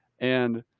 and.